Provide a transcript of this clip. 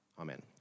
amen